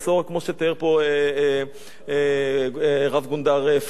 כמו שתיאר פה רב-גונדר פרנקו.